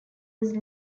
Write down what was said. was